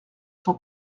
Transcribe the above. sont